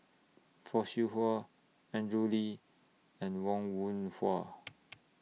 Fock Siew Wah Andrew Lee and Wong Wah